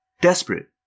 desperate